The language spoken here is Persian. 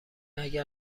اگر